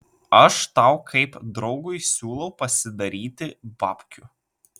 aš tau kaip draugui siūlau pasidaryti babkių